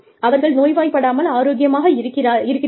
அவர்கள் நோய்வாய்ப்படாமல் ஆரோக்கியமாக இருக்கிறீர்கள்